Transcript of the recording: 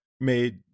made